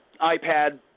iPad